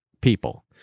people